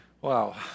Wow